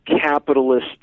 capitalist